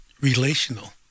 relational